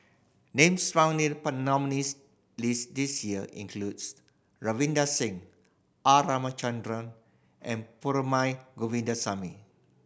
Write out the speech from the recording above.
names found in the nominees' list this year includes Ravinder Singh R Ramachandran and Perumal Govindaswamy